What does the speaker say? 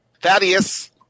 Thaddeus